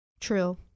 true